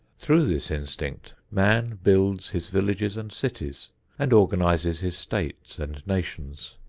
through this instinct, man builds his villages and cities and organizes his states and nations.